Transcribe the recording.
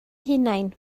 hunain